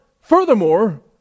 furthermore